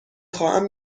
خواهم